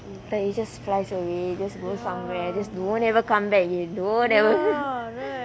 right it just flies away just go somewhere just don't ever come back again don't ever